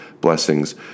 Blessings